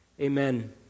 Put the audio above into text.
Amen